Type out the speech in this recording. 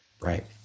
Right